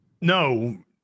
no